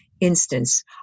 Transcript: instance